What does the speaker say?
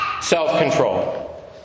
self-control